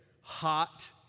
hot